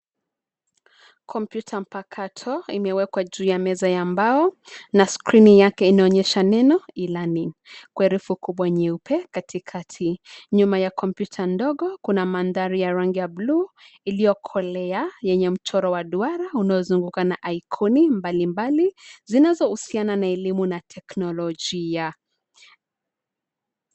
Kompyuta mpakato imewekwa juu ya meza ya mbao na skrini yake inaonyesha neno, ilani, kwa herufi kubwa nyeupe katikati. Nyuma ya kompyuta ndogo, kuna mandhari ya rangi ya bluu iliyokolea yenye mchoro wa duara unaozunguka na ikoni mbalimbali zinazohusiana na elimu na teknolojia.